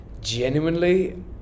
genuinely